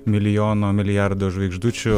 milijono milijardo žvaigždučių